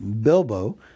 Bilbo